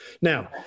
Now